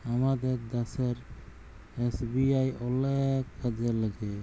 আমাদের দ্যাশের এস.বি.আই অলেক কাজে ল্যাইগে